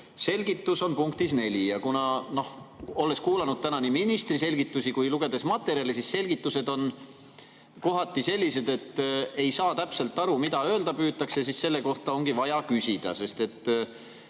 selgitus on punktis 4, ja olles kuulanud täna nii ministri selgitusi kui ka lugedes materjali, võin öelda, et selgitused on kohati sellised, et ei saa täpselt aru, mida öelda püütakse, ja siis selle kohta ongi vaja küsida, sest see